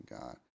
god